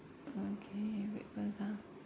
okay wait first ah